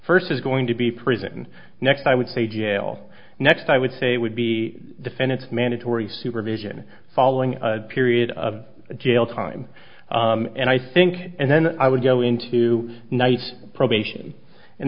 is going to be prison next i would say jail next i would say would be defend it's mandatory supervision following period of jail time and i think and then i would go into night probation and